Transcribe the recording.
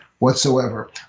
Whatsoever